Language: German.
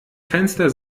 fenster